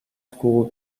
school